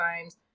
times